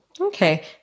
Okay